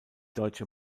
deutsche